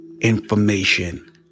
information